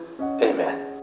Amen